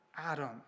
Adam